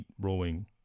rowing